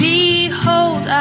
Behold